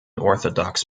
orthodox